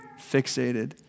fixated